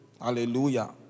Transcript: Hallelujah